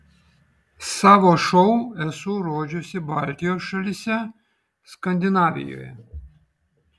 savo šou esu rodžiusi baltijos šalyse skandinavijoje